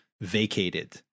vacated